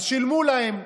אז שילמו להם,